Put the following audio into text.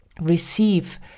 receive